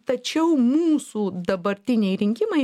tačiau mūsų dabartiniai rinkimai